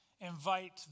invite